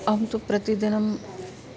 अहं तु प्रतिदिनम्